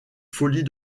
folies